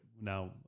now